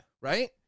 Right